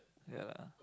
ya lah